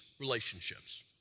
relationships